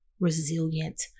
Resilient